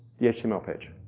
the html page.